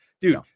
dude